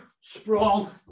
sprawl